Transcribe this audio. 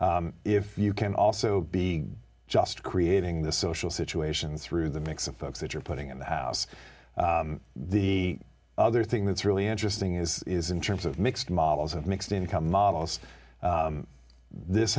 if you can also be just creating the social situations through the mix of folks that you're putting in the house the other thing that's really interesting is is in terms of mixed models of mixed income models this